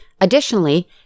additionally